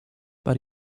but